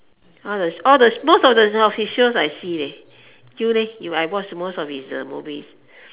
all the all the most of the of his shows I see leh you leh I watch most of his uh movies